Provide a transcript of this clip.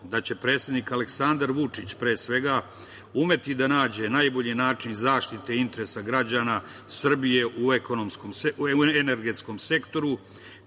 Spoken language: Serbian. da će predsednik Aleksandar Vučić, pre svega, umeti da nađe najbolji način zaštite interesa građana Srbije u energetskom sektoru,